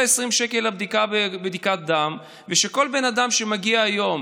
ה-20 שקל לבדיקת דם ושכל בן אדם שמגיע היום,